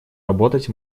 работать